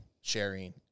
sharing